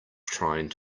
trying